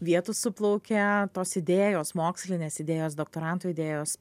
vietų suplaukia tos idėjos mokslinės idėjos doktorantų idėjos